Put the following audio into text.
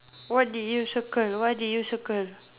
what did you circle what did you circle